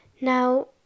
Now